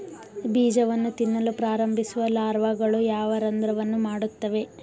ಬೀಜವನ್ನು ತಿನ್ನಲು ಪ್ರಾರಂಭಿಸುವ ಲಾರ್ವಾಗಳು ಯಾವ ರಂಧ್ರವನ್ನು ಮಾಡುತ್ತವೆ?